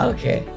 Okay